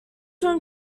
from